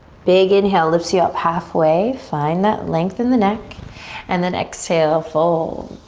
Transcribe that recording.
big inhale lifts you up halfway. find that length in the neck and then exhale, fold.